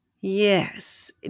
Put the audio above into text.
Yes